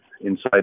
inside